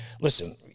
listen